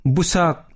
Busak